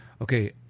Okay